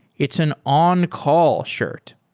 it's an on-call shirt.